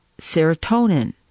serotonin